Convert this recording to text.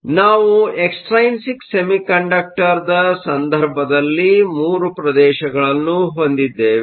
ಆದ್ದರಿಂದ ನಾವು ಎಕ್ಸ್ಟ್ರೈನ್ಸಿಕ್ ಸೆಮಿಕಂಡಕ್ಟರ್ದ ಸಂದರ್ಭದಲ್ಲಿ 3 ಪ್ರದೇಶಗಳನ್ನು ಹೊಂದಿದ್ದೇವೆ